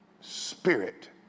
spirit